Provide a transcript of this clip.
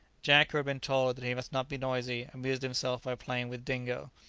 jack, who had been told that he must not be noisy, amused himself by playing with dingo.